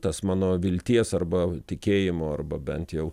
tas mano vilties arba tikėjimo arba bent jau